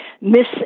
miss